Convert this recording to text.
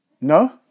No